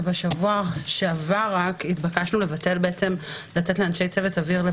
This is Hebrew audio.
אני אגיד שרק בשבוע שעבר התבקשנו לבטל לאנשי צוות אוויר את